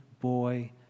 boy